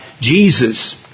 Jesus